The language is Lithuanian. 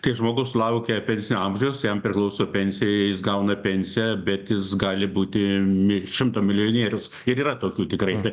kai žmogus sulaukia pensinio amžiaus jam priklauso pensija i jis gauna pensiją bet jis gali būti mi šimto milijonierius ir yra tokių tikrai be